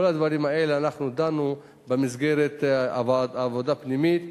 בכל הדברים האלה אנחנו דנו במסגרת עבודה פנימית,